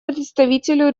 представителю